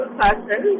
person